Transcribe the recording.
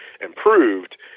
improved